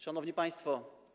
Szanowni Państwo!